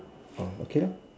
orh okay lah